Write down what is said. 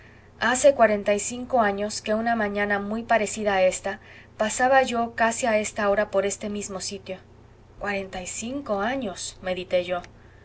hace cuarenta y cinco años que una mañana muy parecida a ésta pasaba yo casi a esta hora por este mismo sitio cuarenta y cinco años medité yo